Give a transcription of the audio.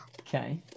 Okay